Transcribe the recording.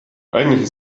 eigentlich